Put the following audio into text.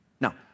Now